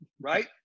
right